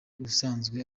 usanzwe